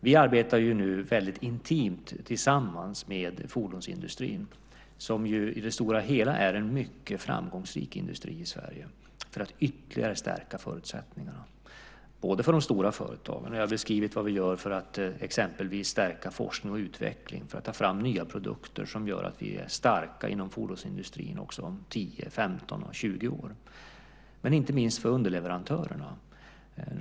Vi arbetar nu väldigt intimt tillsammans med fordonsindustrin, som i det stora hela är en mycket framgångsrik industri i Sverige, för att ytterligare stärka förutsättningarna för de stora företagen. Jag har beskrivit vad vi gör för att stärka exempelvis forskning och utveckling, för att ta fram nya produkter som gör att vi är starka inom fordonsindustrin också om 10, 15 och 20 år. Men vi arbetar också för att stärka inte minst underleverantörerna.